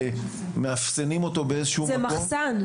מאפסנים אותו באיזשהו מקום --- זה מחסן,